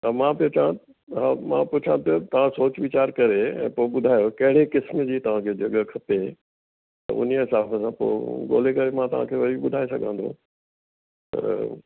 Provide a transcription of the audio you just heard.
त मां पियो चवां हा मां पुछां पियो तव्हां सोच विचार करे ऐं पोइ ॿुधायो कहिड़े क़िस्म जी तव्हां खे जॻहि खपे त उन्हीअ हिसाब सां पोइ ॻोल्हे करे मां तव्हां खे वरी ॿुधाए सघां थो पर पोइ